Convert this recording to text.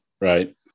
Right